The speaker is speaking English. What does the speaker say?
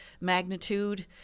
magnitude